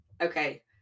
Okay